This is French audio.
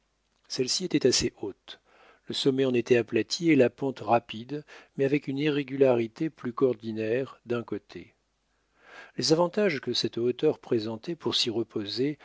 celle-ci était assez haute le sommet en était aplati et la pente rapide mais avec une irrégularité plus qu'ordinaire d'un côté les avantages que cette hauteur présentait pour s'y reposer